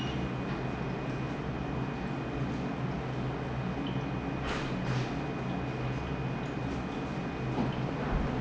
okay resume